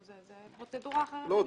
זאת פרוצדורה אחרת לגמרי.